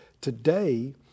today